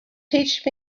teach